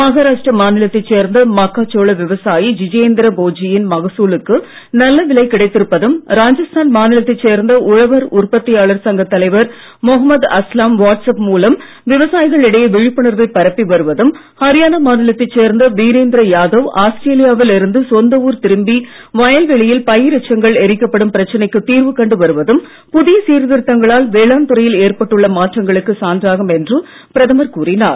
மகாராஷ்ட்ர மாநிலத்தைச் சேர்ந்த மக்காச் சோள விவசாயி ஜிதேந்திர போயிஜியின் மகசூலுக்கு நல்ல விலை கிடைத்திருப்பதும் ராஜஸ்தான் மாநிலத்தைச் சேர்ந்த உழவர் உற்பத்தியாளர் சங்க தலைவர் முகமது அஸ்லாம் வாட்ஸ்அப் மூலம் விவசாயிகள் இடையே விழிப்புணர்வை பரப்பி வருவதும் ஹரியானா மாநிலத்தைச் சேர்ந்த வீரேந்திர யாதவ் ஆஸ்திரேலியாவில் இருந்து சொந்த ஊர் திரும்பி வயல் வெளியில் பயிர் எச்சங்கள் எரிக்கப்படும் பிரச்சனைக்கு தீர்வு கண்டு வருவதும் புதிய சீர்திருத்தங்களால் வேளாண் துறையில் ஏற்பட்டுள்ள மாற்றங்களுக்கு சான்றாகும் என்று பிரதமர் கூறினார்